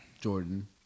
jordan